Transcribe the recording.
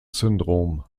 syndrom